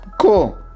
cool